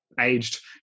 aged